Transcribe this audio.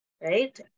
right